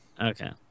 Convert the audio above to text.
Okay